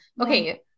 Okay